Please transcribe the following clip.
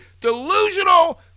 delusional